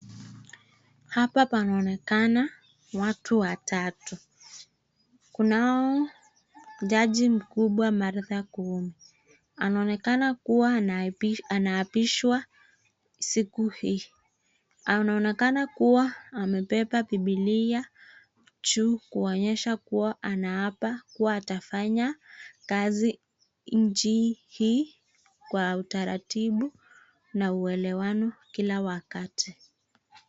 Hapa panaonekana watu watatu. Kunao jaji mkubwa, Martha Koome. Anaonekana kuwa anaapishwa siku hii. Anaonekana kuwa amebeba bibilia juu kuonyesha kuwa anaapa kuwa atafanya kazi nchi hii kwa utaratibu na uelewano kila wakati.